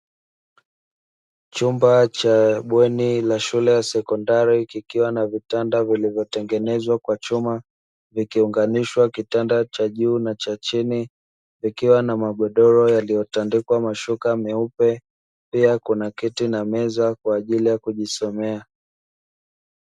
Chumba cha bweni la shule ya sekondari, kikiwa na vitanda vilivyotengenezwa kwa chuma, vikiunganishwa kitanda cha juu na cha chini, vikiwa na magodoro yaliyotandikwa mashuka meupe; pia kuna kiti na meza kwa ajili ya kujisomea.